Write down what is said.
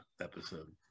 episode